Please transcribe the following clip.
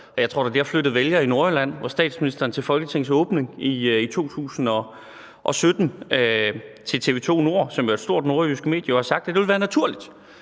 jeg tror da, at det har flyttet vælgere i Nordjylland, hvor statsministeren til Folketingets åbning i 2017 til TV2 Nord, som er et stort nordjysk medie, jo har sagt: Det ville være naturligt,